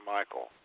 Michael